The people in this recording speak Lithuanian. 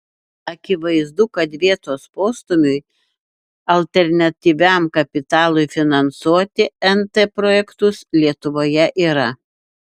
akivaizdu kad vietos postūmiui alternatyviam kapitalui finansuoti nt projektus lietuvoje yra